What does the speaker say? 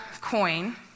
coin